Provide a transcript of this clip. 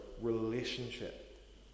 relationship